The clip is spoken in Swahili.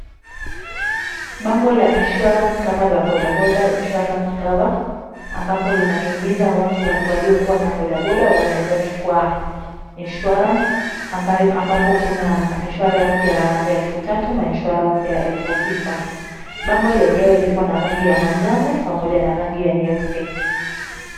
Bango la Insurance Cover la Bodaboda Insurance Cover, ambapo linahimiza watu waliokuwa na boda boda wanaweza chukua insurance ambapo kuna insurance ya elfu tatu na insurance ya elfu sita. Bango lenyewe lipo na rangi ya manjano, pamoja na rangi ya nyeusi.